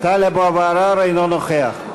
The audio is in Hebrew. טלב אבו עראר אינו נוכח.